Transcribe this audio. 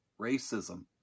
racism